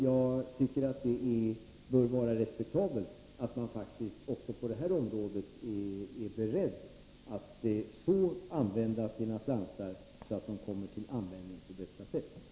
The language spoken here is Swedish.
Jag tycker att man bör respektera att det också på det här området gäller att vara beredd att använda sina slantar så, att de kommer till bästa möjliga användning.